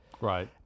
Right